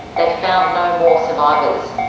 they found no more survivors.